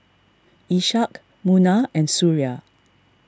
Ishak Munah and Suria